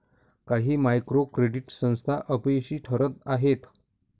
काही micro credit संस्था अपयशी ठरत आहेत